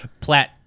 Plat